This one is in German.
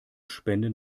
spenden